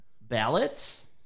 ballots